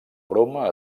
broma